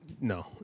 No